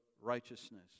righteousness